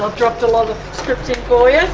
um dropped a lot of scripts in yeah